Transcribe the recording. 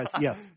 yes